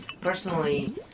personally